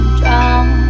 drown